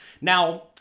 Now